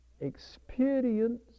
experience